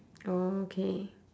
okay